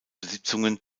besitzungen